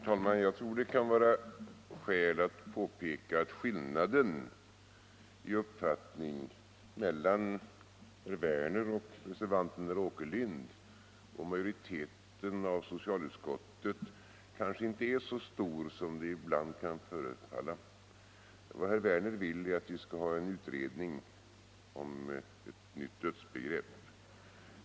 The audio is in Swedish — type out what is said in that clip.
Herr talman! Jag tror att det kan vara skäl att påpeka att skillnaden i uppfattning när det gäller dödsbegreppet mellan å ena sidan herr Werner i Malmö och reservanten herr Åkerlind och å andra sidan majoriteten i socialutskottet kanske inte är så stor som det ibland kan förefalla. Vad herr Werner vill är att vi skall ha en utredning om ett nytt dödsbegrepp.